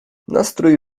nastrój